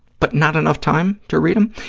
but not enough time to read them?